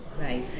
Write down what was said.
Right